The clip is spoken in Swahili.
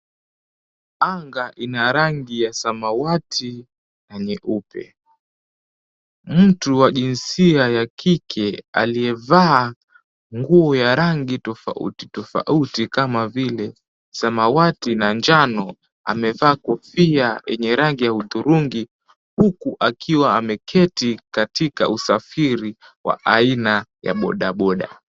Anga ina rangi ya samawati na nyeupe. Mtu wa jinsia ya kike aliyevaa nguo ya rangi tofauti tofauti kama vile samawati na njano, amevaa kofia yenye rangi ya hudhurungi, huku akiwa ameketi katika usafiri wa aina ya bodaboda.